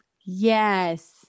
Yes